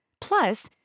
Plus